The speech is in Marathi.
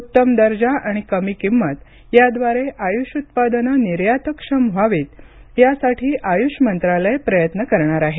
उत्तम दर्जा आणि कमी किंमत या द्वारे आयुष उत्पादनं निर्यातक्षम व्हावीत या साठी आयुष मंत्रालय प्रयत्न करणार आहे